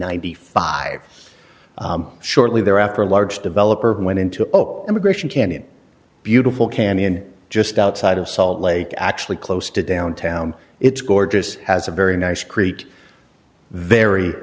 ninety five shortly thereafter a large developer who went into immigration canyon beautiful canyon just outside of salt lake actually close to downtown it's gorgeous has a very nice crete very